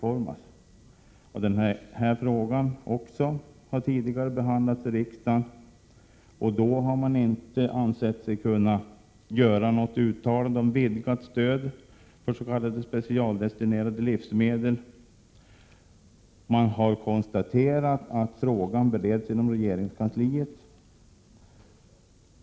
Också denna fråga har tidigare behandlats i riksdagen. Då har man inte ansett sig kunna göra något uttalande om utvidgat stöd för s.k. specialdestinerade livsmedel. Man har konstaterat att frågan bereds inom regeringskansliet.